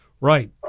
Right